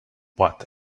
what